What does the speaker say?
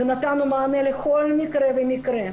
ונתנו מענה לכל מקרה ומקרה.